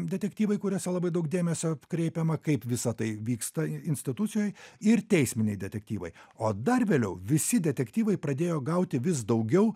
detektyvai kuriuose labai daug dėmesio kreipiama kaip visa tai vyksta institucijoj ir teisminiai detektyvai o dar vėliau visi detektyvai pradėjo gauti vis daugiau